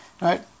Right